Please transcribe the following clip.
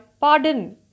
pardon